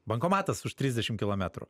bankomatas už trisdešim kilometrų